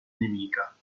nemica